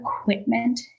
equipment